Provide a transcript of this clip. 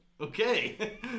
Okay